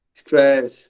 stress